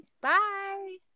Bye